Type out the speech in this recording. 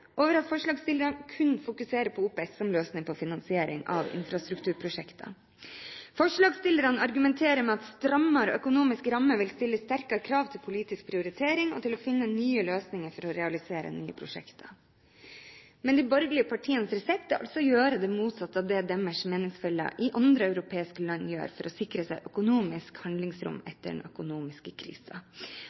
over at forslagsstillerne kun fokuserer på OPS som løsning på finansiering av infrastrukturprosjektene. Forslagsstillerne argumenterer med at strammere økonomiske rammer vil stille sterkere krav til politisk prioritering og til å finne nye løsninger for å realisere nye prosjekter. Men de borgerlige partienes resept er altså å gjøre det motsatte av det deres meningsfeller i andre europeiske land gjør, for å sikre seg økonomisk handlingsrom etter den økonomiske krisa.